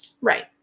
Right